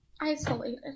isolated